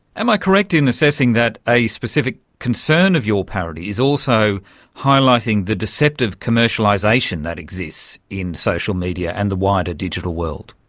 am i correct in assessing that a specific concern of your parody is also highlighting the deceptive commercialisation that exists in social media and the wider digital world?